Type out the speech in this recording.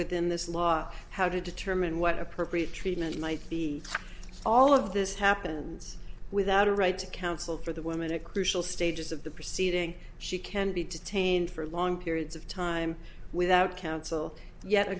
within this law how to determine what appropriate treatment might be all of this happens without a right to counsel for the woman a crucial stages of the proceeding she can be detained for long periods of time without counsel yet